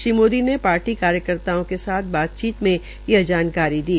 श्री मोदी ने पार्टी के कार्यकर्ताओं के साथ बातचीत में यह जानकारी दी